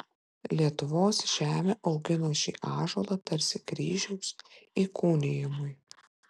lietuvos žemė augino šį ąžuolą tarsi kryžiaus įkūnijimui